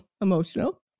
emotional